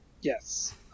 Yes